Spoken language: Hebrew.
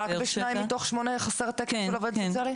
רק בשניים מתוך שמונה חסר תקן של עובדת סוציאלית?